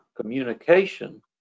communication